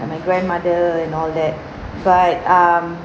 and my grandmother and all that but um